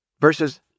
versus